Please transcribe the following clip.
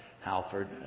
Halford